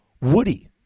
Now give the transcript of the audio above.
Woody